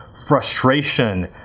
frustration,